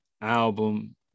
album